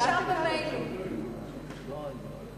ההצעה להעביר את הנושא לוועדה שתקבע ועדת הכנסת נתקבלה.